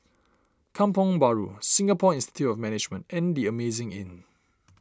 Kampong Bahru Singapore Institute of Management and the Amazing Inn